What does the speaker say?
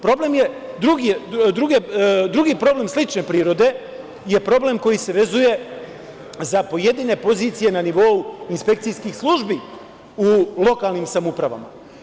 Drugi problem slične prirode je problem koji se vezuje za pojedine pozicije na nivou inspekcijskih službi u lokalnim samoupravama.